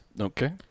Okay